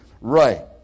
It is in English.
right